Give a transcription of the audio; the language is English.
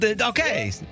okay